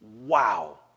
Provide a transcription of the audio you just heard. Wow